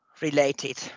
related